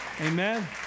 Amen